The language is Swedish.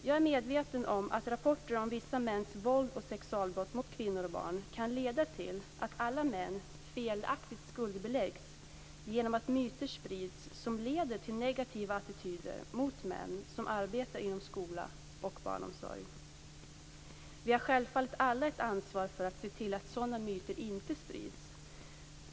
Jag är medveten om att rapporter om vissa mäns vålds och sexualbrott mot kvinnor och barn kan leda till att alla män felaktigt skuldbeläggs genom att myter sprids som leder till negativa attityder mot män som arbetar inom skola och barnomsorg. Vi har självfallet alla ett ansvar för att se till att sådana myter inte sprids.